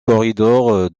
corridor